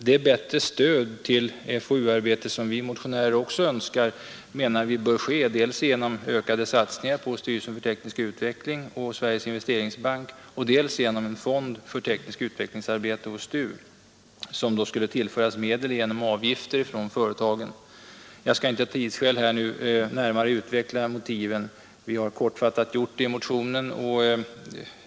Det bättre stöd till forskning och utvecklingsarbete som vi motionärer också önskar, menar vi bör ske dels genom ökade satsningar på styrelsen för teknisk utveckling och Sveriges investeringsbank, dels genom en fond för teknisk utveckling hos STU, som tillförs medel genom avgifter från företagen. Jag skall av tidsskäl inte närmare utveckla motiven. Vi har kortfattat gjort det i motionen.